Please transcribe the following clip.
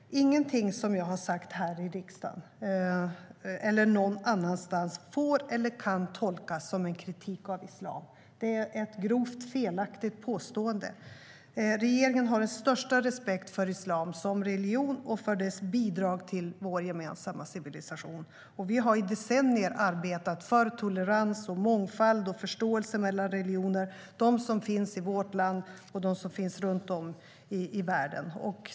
Ingenting som jag har sagt här i riksdagen eller någon annanstans får eller kan tolkas som en kritik av islam. Det är ett grovt felaktigt påstående. Regeringen har den största respekt för islam som religion och för dess bidrag till vår gemensamma civilisation. Vi har i decennier arbetat för tolerans, mångfald och förståelse mellan religioner - de som finns i vårt land och de som finns runt om i världen.